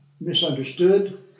misunderstood